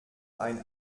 ein